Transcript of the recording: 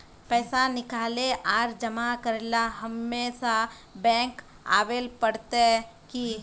पैसा निकाले आर जमा करेला हमेशा बैंक आबेल पड़ते की?